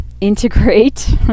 integrate